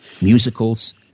musicals